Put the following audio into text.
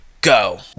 go